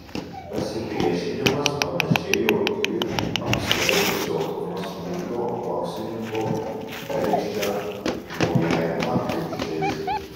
pasipriešinimas panėšėjo į apsvaigusio nuo smūgių boksininko bergždžią mojavimą kumščiais